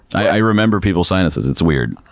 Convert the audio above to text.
i remember people's sinuses. it's weird.